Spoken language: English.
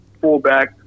fullback